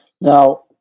now